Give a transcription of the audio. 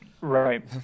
Right